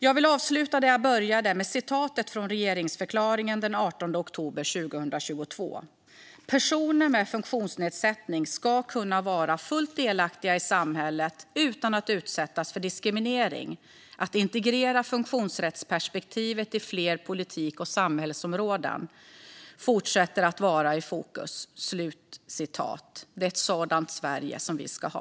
Jag vill avsluta där jag började, nämligen med citatet från regeringsförklaringen den 18 oktober 2022: "Personer med funktionsnedsättning ska kunna vara fullt delaktiga i samhället utan att utsättas för diskriminering. Att integrera funktionsrättsperspektivet i fler politik och samhällsområden fortsätter att vara i fokus." Det är ett sådant Sverige vi ska ha.